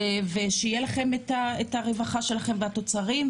ושיהיה לכם את הרווחה שלכם ואת התוצרים,